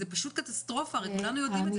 זה פשוט קטסטרופה, כולנו יודעים את זה.